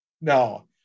No